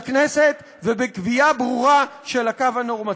גם הסתייגות מס' 4, לסעיף 1, לא נתקבלה.